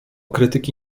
krytyki